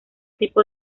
tipo